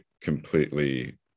completely